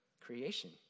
creation